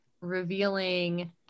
revealing